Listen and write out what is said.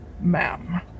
ma'am